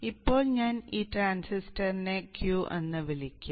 ഇപ്പോൾ ഞാൻ ഈ ട്രാൻസിസ്റ്ററിനെ Q എന്ന് വിളിക്കാം